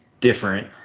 different